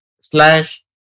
slash